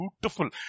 Beautiful